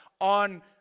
on